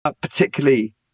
Particularly